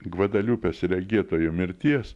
gvadaliupės regėtojo mirties